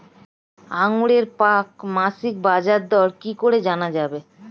আঙ্গুরের প্রাক মাসিক বাজারদর কি করে জানা যাবে?